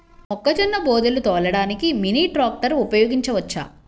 మొక్కజొన్న బోదెలు తోలడానికి మినీ ట్రాక్టర్ ఉపయోగించవచ్చా?